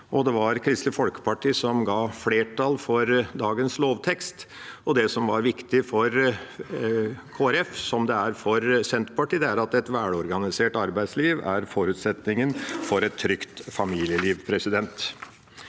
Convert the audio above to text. det var Kristelig Folkeparti som ga flertall for dagens lovtekst. Det som var viktig for Kristelig Folkeparti, som det er for Senterpartiet, er at et velorganisert arbeidsliv er forutsetningen for et trygt familieliv. Det